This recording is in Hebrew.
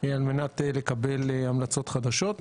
על מנת לקבל המלצות חדשות.